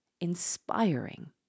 inspiring